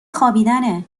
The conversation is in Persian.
خوابیدنه